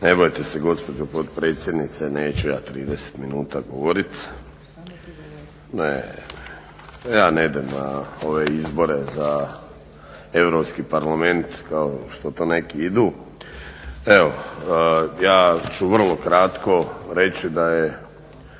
Ne bojte se gospođo potpredsjednice neću ja 30 minuta govoriti. Ja ne idem na ove izbore za Europski parlament kao što to neki idu. Evo, ja ću vrlo kratko reći da je